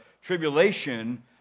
tribulation